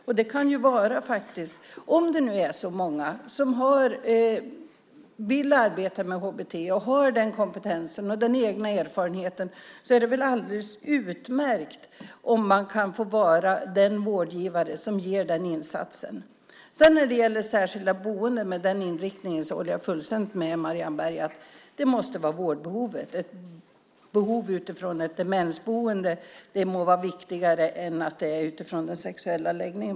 Om det nu är så många som vill arbeta med HBT och har den kompetensen och den egna erfarenheten är det väl alldeles utmärkt om man kan få vara den vårdgivare som ger denna insats. När det gäller särskilda boenden med denna inriktning håller jag fullständigt med Marianne Berg om att det måste vara vårdbehovet som styr. Ett demensboende utifrån ett sådant behov må vara viktigare än ett behov utifrån sexuell läggning.